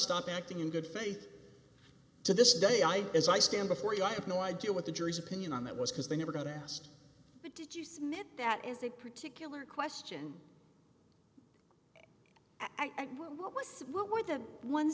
stop acting in good faith to this day i as i stand before you i have no idea what the jury's opinion on that was because they never got asked but did you submit that is a particular question i think what was what were the ones